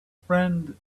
friend